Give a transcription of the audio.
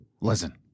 Listen